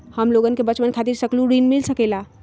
हमलोगन के बचवन खातीर सकलू ऋण मिल सकेला?